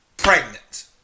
pregnant